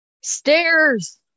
Stairs